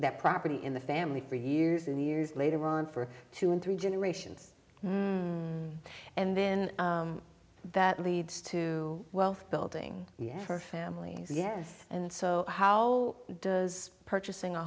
that property in the family for years and years later on for two and three generations and then that leads to wealth building yet for families yes and so how does purchasing a